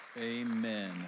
Amen